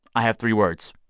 i have three words